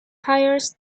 hires